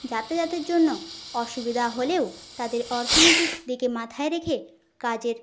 যাতায়াতের জন্য অসুবিধা হলেও তাদের অর্থনীতির দিকে মাথায় রেখে কাজের